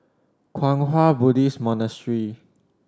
Kwang Hua Buddhist Monastery